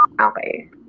Okay